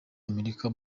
amerika